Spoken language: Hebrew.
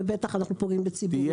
ובטח אנחנו פוגעים בציבור.